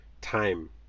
time